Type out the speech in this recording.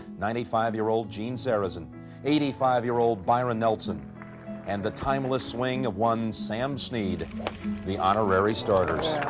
ninety-five-year-old gene sarazen eighty-five-year-old byron nelson and the timeless swing of one sam snead the honorary starters.